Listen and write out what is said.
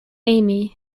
amy